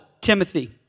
Timothy